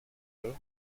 and